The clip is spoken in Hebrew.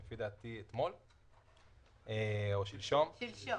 לפי דעתי, אתמול או שלשום -- שלשום.